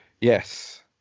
Yes